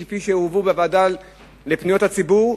כפי שהובאו בוועדה לפניות הציבור,